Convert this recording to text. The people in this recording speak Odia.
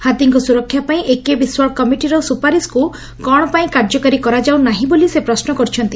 ହାତୀଙ୍କ ସୁରକ୍ଷା ପାଇଁ ଏକେ ବିଶ୍ୱାଳ କମିଟିର ସ୍ୱପାରିଶକୁ କ'ଣ ପାଇଁ କାର୍ଯ୍ୟକାରୀ କରାଯାଉ ନାହିଁ ବୋଲି ସେ ପ୍ରଶ୍ର କରିଛନ୍ତି